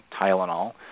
Tylenol